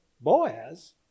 Boaz